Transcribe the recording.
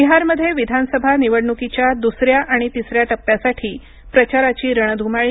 बिहारमध्ये विधानसभा निवडणुकीच्या दुसऱ्या आणि तिसऱ्या टप्प्यासाठी प्रचाराची रणध्माळी